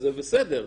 זה בסדר.